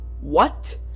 What